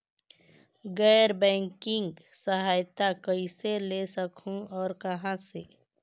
गैर बैंकिंग सहायता कइसे ले सकहुं और कहाँ से?